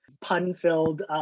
pun-filled